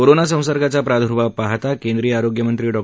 corona संसर्गाचा प्रादुर्भाव पाहता केंद्रीय आरोग्यमंत्री डॉ